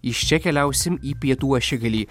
iš čia keliausim į pietų ašigalį